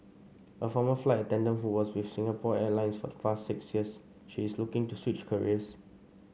a former flight attendant who was with Singapore Airlines for the past six years she is looking to switch careers